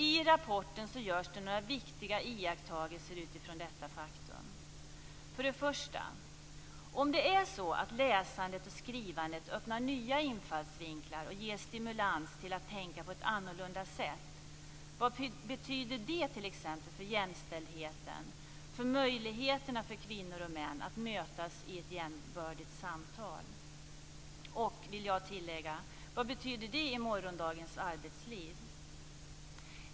I rapporten görs några viktiga iakttagelser utifrån detta faktum: - Om det är så att läsandet och skrivandet öppnar nya infallsvinklar och ger stimulans till att tänka på ett annorlunda sätt - vad betyder det t.ex. för jämställdheten, för möjligheterna för kvinnor och män att mötas i ett jämbördigt samtal? Och, vill jag tillägga, vad betyder det i morgondagens arbetsliv?